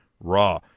raw